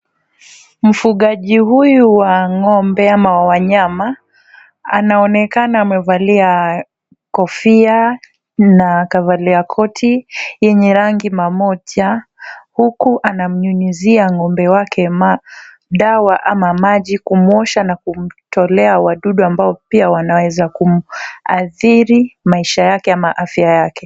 Mfugaji huyu wa ng'ombe ama wa wanyama anaonekana amevalia kofia na amevalia koti yenye rangi moja huku anamyunyuzia ng'ombe wake madawa ama maji kumwosha na kumtolea madudu ambao pia wanaweza kumhathiri maisha yake ama afya yake.